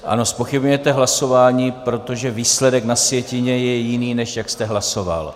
Ano, zpochybňujete hlasování proto, že výsledek na sjetině je jiný, než jak jste hlasoval.